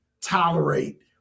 tolerate